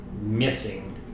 missing